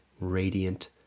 radiant